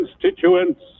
constituents